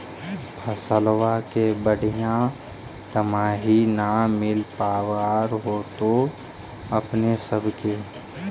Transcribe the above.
फसलबा के बढ़िया दमाहि न मिल पाबर होतो अपने सब के?